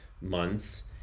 months